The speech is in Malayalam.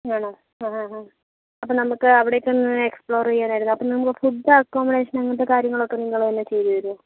ആണോ ആ ആ അപ്പം നമുക്ക് അവിടേക്ക് ഒന്ന് എക്സ്പ്ലോർ ചെയ്യാൻ ആയിരുന്നു അപ്പം നമുക്ക് ഫുഡ്ഡ് അക്കോമഡേഷൻ അങ്ങനത്തെ കാര്യങ്ങൾ ഒക്കെ നിങ്ങൾ തന്നെ ചെയ്ത് തരോ